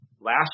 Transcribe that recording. last